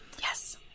Yes